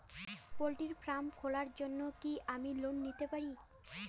Poultry farm খোলার জন্য কি আমি লোন পেতে পারি?